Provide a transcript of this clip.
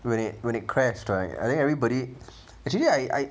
when it when it crashed right I think everybody actually I I